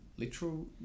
literal